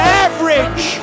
average